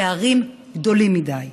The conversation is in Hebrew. הפערים גדולים מדי.